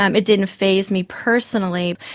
um it didn't faze me personally.